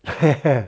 嘿嘿